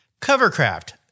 Covercraft